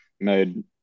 made